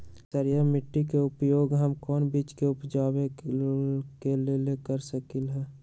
क्षारिये माटी के उपयोग हम कोन बीज के उपजाबे के लेल कर सकली ह?